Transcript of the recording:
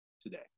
today